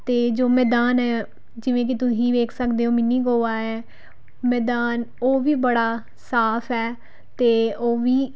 ਅਤੇ ਜੋ ਮੈਦਾਨ ਹੈ ਜਿਵੇਂ ਕਿ ਤੁਸੀਂ ਵੇਖ ਸਕਦੇ ਹੋ ਮਿੰਨੀ ਗੋਆ ਹੈ ਮੈਦਾਨ ਉਹ ਵੀ ਬੜਾ ਸਾਫ਼ ਹੈ ਅਤੇ ਉਹ ਵੀ